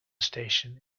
station